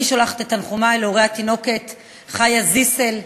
אני שולחת את תנחומי להורי התינוקת חיה זיסל בראון,